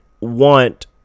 want